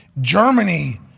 germany